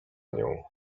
nią